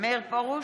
מאיר פרוש,